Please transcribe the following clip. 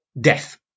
death